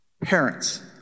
parents